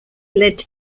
led